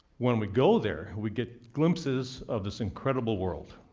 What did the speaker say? when we go there, we get glimpses of this incredible world.